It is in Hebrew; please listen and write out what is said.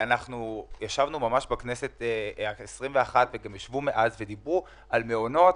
בכנסת ה-21 דיברו על מעונות